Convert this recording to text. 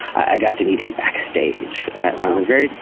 i got to meet him backstage. and i was a very,